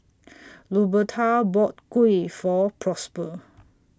Luberta bought Kuih For Prosper